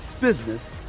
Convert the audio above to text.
business